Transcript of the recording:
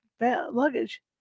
luggage